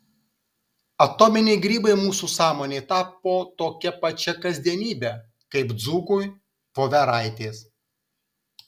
atominiai grybai mūsų sąmonei tapo tokia pačia kasdienybe kaip dzūkui voveraitės